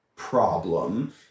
problem